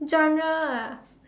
genre ah